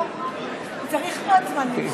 צריך, זמנים.